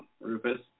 Rufus